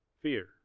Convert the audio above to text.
Fear